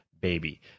baby